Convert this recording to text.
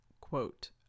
quote